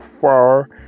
far